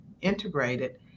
integrated